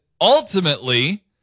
ultimately